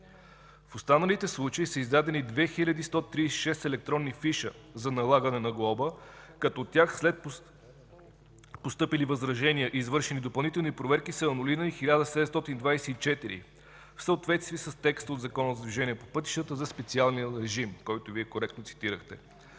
В останалите случаи са издадени 2136 електронни фиша за налагане на глоба, като от тях след постъпили възражения и извършени допълнителни проверки са анулирани 1724 в съответствие с текста от Закона за движение по пътищата за специалния режим, който Вие коректно цитирахте.